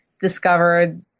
discovered